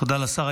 תודה לשר.